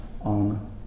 on